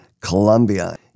Colombia